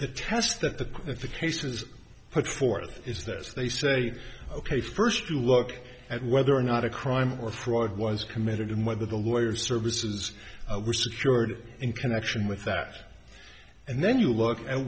that test that the that the cases put forth is that they say ok first you look at whether or not a crime or fraud was committed and whether the lawyers services were secured in connection with that and then you look at